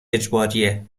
اجباریه